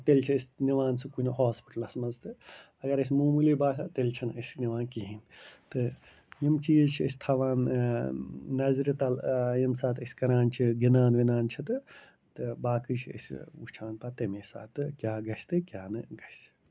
تیٚلہِ چھِ أسۍ نِوان سُہ کُنہِ ہاسپِٹلَس منٛز تہٕ اگر اَسہِ موموٗلی باسا تیٚلہِ چھُنہٕ أسۍ نِوان کِہیٖنۍ تہٕ یِم چیٖز چھِ أسۍ تھاوان نظرِ تل ییٚمہِ ساتہٕ أسۍ کَران چھِ گِنٛدان وِنٛدان چھِ تہٕ تہٕ باقٕے چھِ أسۍ وٕچھان پتہٕ تَمی ساتہٕ کیٛاہ گَژھِ تہٕ کیٛاہ نہٕ گَژھِ